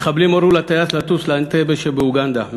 המחבלים הורו לטייס לטוס לאנטבה שבאוגנדה,